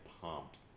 pumped